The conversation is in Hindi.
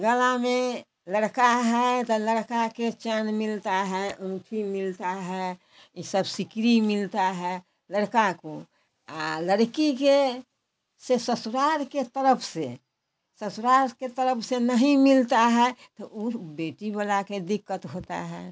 गला में लड़का है तो लड़का को चेन मिलता है औँठी मिलती है यह सब सिकड़ी मिलती है लड़का को और लड़की को सो ससुराल की तरफ से ससुराल की तरफ से नहीं मिलता है तो वह बेटीवाला को दिक्कत होती है